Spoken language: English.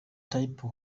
type